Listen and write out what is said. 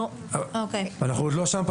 אנחנו עדיין לא שם.